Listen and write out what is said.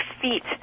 feet